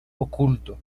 oculto